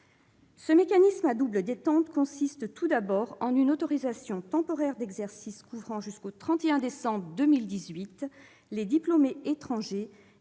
Ce mécanisme à double détente consiste tout d'abord en une autorisation temporaire d'exercice couvrant jusqu'au 31 décembre 2018 les diplômés étrangers exerçant dans